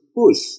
push